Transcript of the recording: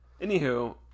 Anywho